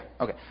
Okay